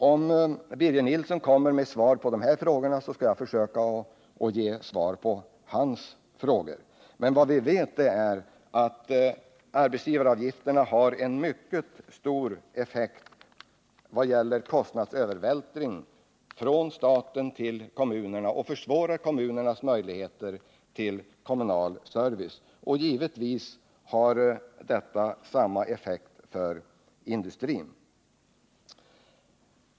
Om Birger Nilsson kommer med svar på dessa frågor, skall jag försöka ge svar på hans frågor. Men vad vi vet är att arbetsgivaravgifterna har en mycket stor effekt på kostnadsövervältringen från staten till kommunerna och försvårar kommunernas möjligheter att ge kommunal service. Givetvis har de i princip samma effekt på industrin.